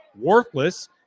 worthless